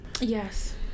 Yes